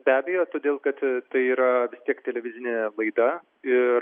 be abejo todėl kad tai yra vis tiek televizinė laida ir